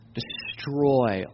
destroy